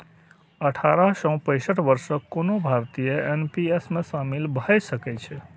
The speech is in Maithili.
अठारह सं पैंसठ वर्षक कोनो भारतीय एन.पी.एस मे शामिल भए सकै छै